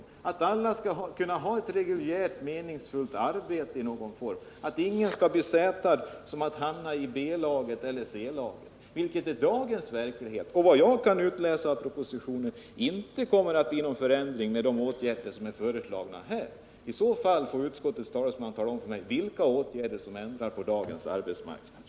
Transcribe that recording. Vi vill att alla skall kunna ha ett reguljärt, meningsfullt arbete i någon form, att ingen skall hamna i B-laget eller C-laget —-som i dagens verklighet. Enligt vad jag kan utläsa av propositionen kommer det inte att bli någon förändring med de åtgärder som här är föreslagna. I annat fall får utskottets talesman tala om för mig vilka åtgärder det är som ändrar på dagens arbetsmarknad.